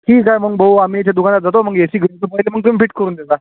ठीक आहे मग भाऊ आम्ही इथे दुकानात जातो मग ए सी घेऊन येतो पहिले मग तुम्ही फिट करून दे